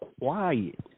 quiet